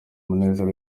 munezero